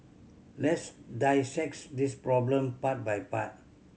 let's dissect this problem part by part